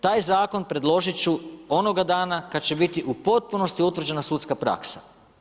Taj zakon predložit ću onoga dana kad će biti u potpunosti utvrđena sudska praksa.